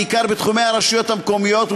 בעיקר בתחומי הרשויות המקומיות,